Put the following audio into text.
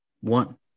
one